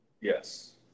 Yes